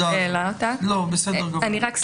העניין של